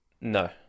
No